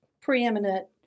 preeminent